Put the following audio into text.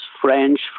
French